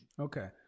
Okay